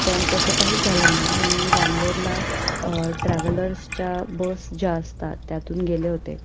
पण तसं काहीच झालं नाही मी बंगलोरला ट्रॅव्हलर्सच्या बस ज्या असतात त्यातून गेले होते